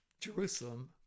Jerusalem